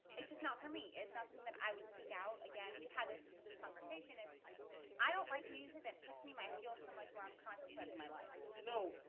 it's just not for me it's not something that i would seek out again we've had this this conversation if i don't like music that puts me my fuel so much where i'm contemplating my life no,